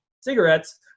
cigarettes